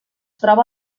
troba